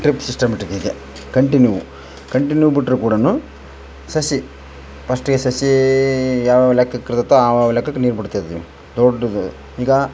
drip systematic ಈಗ continue continue ಬಿಟ್ಟರು ಕೂಡ ಸಸಿ ಫಸ್ಟ್ಗೆ ಸಸೀ ಯಾವ ಲೆಕ್ಕಕ್ಕೆ ಇರ್ತತ್ತೊ ಆವ ಲೆಕ್ಕಕ್ಕೆ ನೀರು ಬಿಡ್ತಿದ್ವಿ ದೊಡ್ದದು ಈಗ